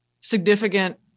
significant